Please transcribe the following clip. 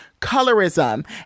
colorism